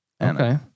Okay